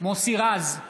מוסי רז,